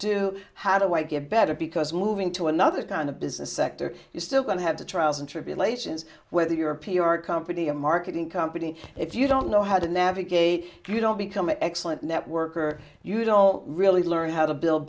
do how do i get better because moving to another kind of business sector is still going to have the trials and tribulations whether you're a p r company a marketing company if you don't know how to navigate you don't become an excellent network or you don't really learn how to build